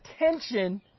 attention